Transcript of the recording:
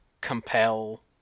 compel